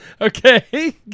Okay